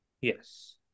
Yes